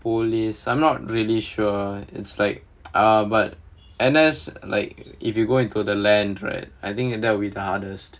police I'm not really sure it's like ah but N_S like if you go into the land right I think that would be the hardest